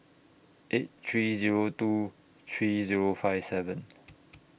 eight three Zero two three Zero five seven